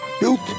Built